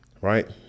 Right